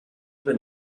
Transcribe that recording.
been